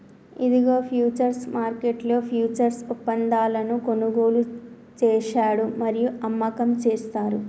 ఇదిగో ఫ్యూచర్స్ మార్కెట్లో ఫ్యూచర్స్ ఒప్పందాలను కొనుగోలు చేశాడు మరియు అమ్మకం చేస్తారు